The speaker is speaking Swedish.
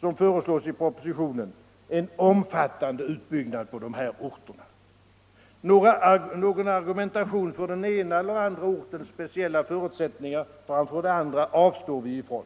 som föreslås i propositionen, en omfattande utbyggnad på dessa orter. Någon argumentering för den ena eller andra ortens speciella förutsättningar framför de övrigas avstår vi ifrån.